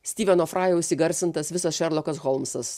styveno frajaus įgarsintas visas šerlokas holmsas